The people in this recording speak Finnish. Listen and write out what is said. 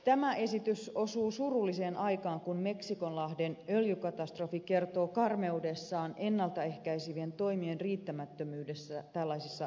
tämä esitys osuu surulliseen aikaan kun meksikonlahden öljykatastrofi kertoo karmeudessaan ennalta ehkäisevien toimien riittämättömyydestä tällaisessa kriisissä